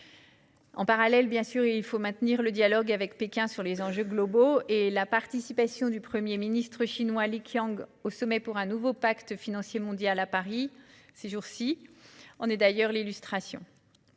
En parallèle, nous devons bien sûr maintenir le dialogue avec Pékin sur les enjeux globaux. La participation du Premier ministre chinois, Li Qiang, au sommet de Paris pour un nouveau pacte financier mondial, ces jours-ci, en est d'ailleurs l'illustration.